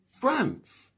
France